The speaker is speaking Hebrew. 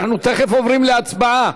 אנחנו תכף עוברים להצבעה.